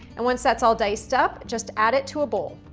and once that's all diced up, just add it to a bowl.